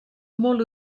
molt